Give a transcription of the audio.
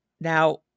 Now